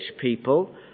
people